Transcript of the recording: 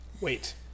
wait